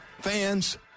fans